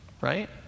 Right